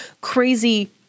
crazy